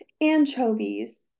anchovies